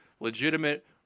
legitimate